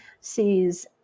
sees